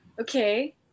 Okay